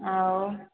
ଆଉ